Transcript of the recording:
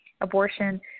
abortion